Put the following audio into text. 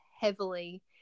heavily